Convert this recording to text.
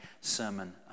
sermon